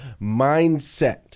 Mindset